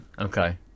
okay